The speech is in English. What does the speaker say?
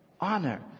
honor